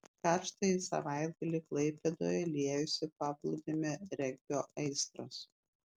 karštąjį savaitgalį klaipėdoje liejosi paplūdimio regbio aistros